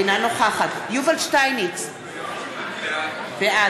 אינה נוכחת יובל שטייניץ, בעד